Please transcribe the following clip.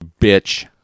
bitch